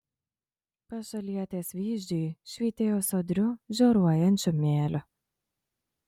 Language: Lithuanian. pašalietės vyzdžiai švytėjo sodriu žioruojančiu mėliu